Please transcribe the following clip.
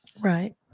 Right